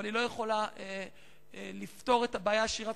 אבל היא לא יכולה לפתור את הבעיה שרק